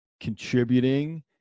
contributing